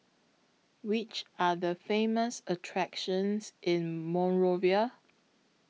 Which Are The Famous attractions in Monrovia